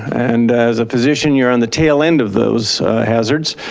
and as a physician you're on the tail end of those hazards.